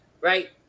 right